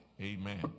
Amen